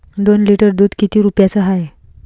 दोन लिटर दुध किती रुप्याचं हाये?